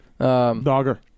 Dogger